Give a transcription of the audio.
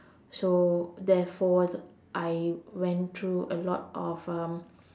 so therefore I went through a lot of um